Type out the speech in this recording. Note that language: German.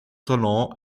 salon